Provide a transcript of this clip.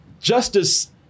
Justice